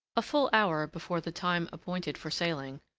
a full hour before the time appointed for sailing,